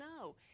No